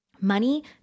money